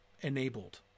enabled